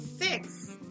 six